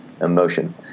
Emotion